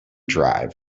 drive